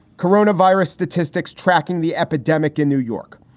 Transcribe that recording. corona virus statistics tracking the epidemic in new york.